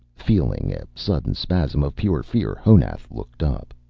feeling a sudden spasm of pure fear, honath looked up.